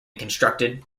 constructed